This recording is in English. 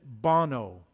Bono